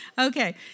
Okay